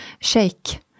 shake